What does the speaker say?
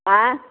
ಹಾಂ